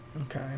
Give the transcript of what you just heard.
Okay